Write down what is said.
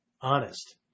Honest